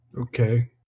Okay